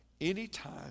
anytime